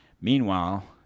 Meanwhile